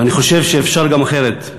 ואני חושב שאפשר גם אחרת.